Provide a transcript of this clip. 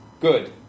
Good